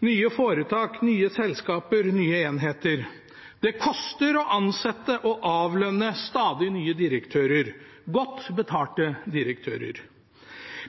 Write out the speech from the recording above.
nye foretak, nye selskaper, nye enheter. Det koster å ansette og avlønne stadig nye direktører – godt betalte direktører.